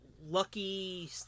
Lucky